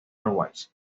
airways